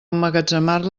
emmagatzemar